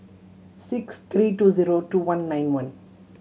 six three two zero two one nine one